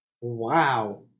Wow